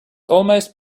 almost